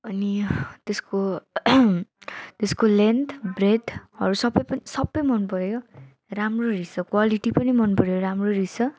अनि त्यसको त्यसको लेन्थ ब्रेथहरू सबै सबै मन पर्यो राम्रो रहेछ क्वालिटी पनि मन पर्यो राम्रो रहेछ